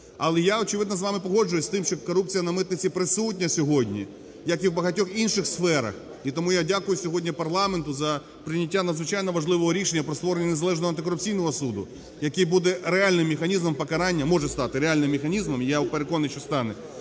Але я, очевидно, з вами погоджуюсь з тим, що корупція на митниці присутня сьогодні, як і в багатьох інших сферах. І тому я дякую сьогодні парламенту за прийняття надзвичайно важливого рішення про створення незалежного антикорупційного суду, який буде реальним механізмом покарання (може стати реальним механізмом, і я переконаний, що стане)